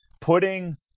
putting